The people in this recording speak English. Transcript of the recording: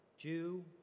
Jew